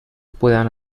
puedan